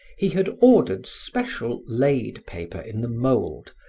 he had ordered special laid paper in the mould,